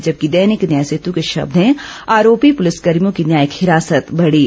जबकि दैनिक न्यायसेत् के शब्द हैं आरोपी पुलिसकर्मियों की न्यायिक हिरासत बढ़ी